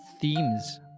themes